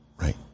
Right